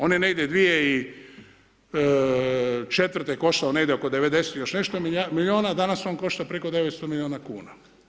On je negdje 2004. koštao negdje oko 90 i još nešto milijuna, danas on košta preko 900 milijuna kuna.